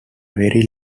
very